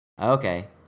Okay